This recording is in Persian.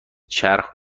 چرخ